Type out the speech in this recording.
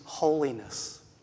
holiness